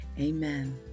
amen